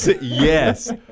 yes